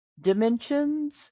dimensions